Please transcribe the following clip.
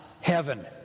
heaven